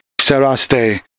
Seraste